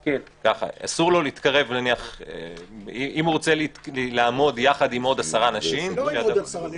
אם הוא רוצה לעמוד יחד עם עוד עשרה אנשים --- לא עם עוד עשרה אנשים.